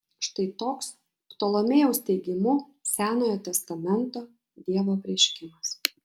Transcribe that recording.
štai toks ptolomėjaus teigimu senojo testamento dievo apreiškimas